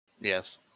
Yes